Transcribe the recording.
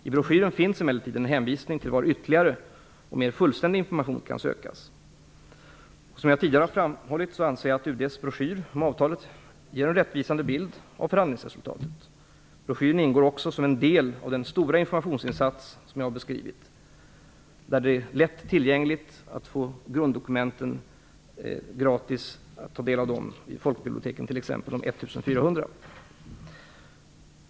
I broschyren finns emellertid en hänvisning till var ytterligare och mer fullständig information kan sökas. Som jag tidigare har framhållit anser jag att UD:s broschyr om avtalet ger en rättvisande bild av förhandlingsresultatet. Broschyren ingår också som en del av den stora informationsinsats som jag har beskrivit. Det är lätt tillgängligt att gratis ta del av grunddokumenten t.ex. vid de 1 400 folkbiblioteken.